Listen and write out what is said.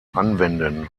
anwenden